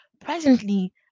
presently